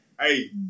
Hey